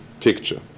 picture